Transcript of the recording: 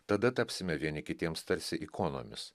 tada tapsime vieni kitiems tarsi ikonomis